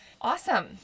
Awesome